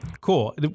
Cool